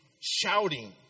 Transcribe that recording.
shouting